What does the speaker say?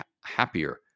happier